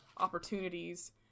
opportunities